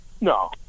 No